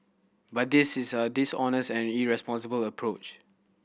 but this is a dishonest and irresponsible approach